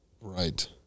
right